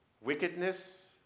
wickedness